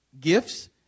gifts